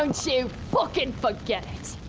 and so fuckin' forget